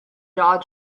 jaw